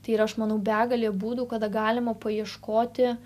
tai yra aš manau begalė būdų kada galima paieškoti